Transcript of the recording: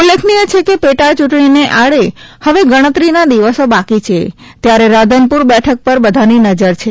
ઉલ્લેખનિય છે કેપેટા યૂંટણીને આડે હવેગણતરીના દિવસો બાકી છે ત્યારે રાધનપુરબેઠક પર બધાની નજર છે